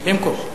במקום.